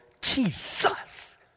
Jesus